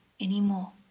anymore